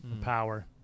power